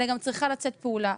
אלא גם צריכה לצאת פעולה.